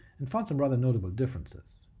and found some rather notable differences.